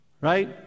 right